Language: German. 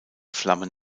flammen